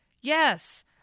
Yes